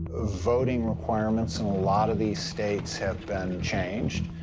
voting requirements in a lot of these states have been changed.